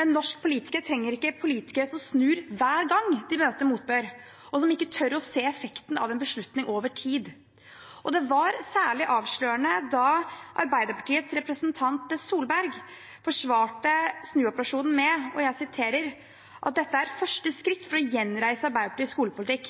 men norsk politikk trenger ikke politikere som snur hver gang de møter motbør, og som ikke tør å se effekten av en beslutning over tid. Det var særlig avslørende da Arbeiderpartiets representant Tvedt Solberg forsvarte snuoperasjonen med at dette er første skritt for å gjenreise Arbeiderpartiets skolepolitikk.